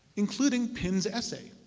including pin's essay.